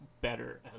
better